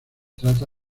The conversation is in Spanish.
trata